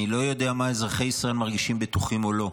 אני לא יודע אם אזרחי ישראל מרגישים בטוחים או לא,